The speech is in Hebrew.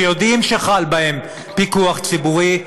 שיודעים שחל בהן פיקוח ציבורי,